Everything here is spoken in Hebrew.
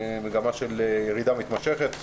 מגמה של ירידה מתמשכת,